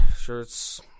shirts